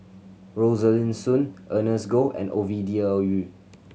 Rosaline Soon Ernest Goh and Ovidia Yu